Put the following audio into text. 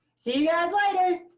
see you guys later.